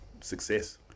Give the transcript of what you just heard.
success